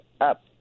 up